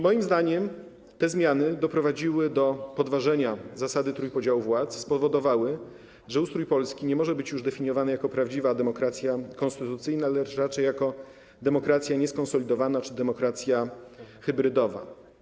Moim zdaniem te zmiany doprowadziły do podważenia zasady trójpodziału władzy i spowodowały, że ustrój Polski nie może być już definiowany jako prawdziwa demokracja konstytucyjna, lecz raczej jako demokracja nieskonsolidowana czy demokracja hybrydowa.